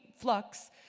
flux